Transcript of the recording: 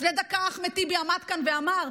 לפני דקה אחמד טיבי עמד כאן ואמר,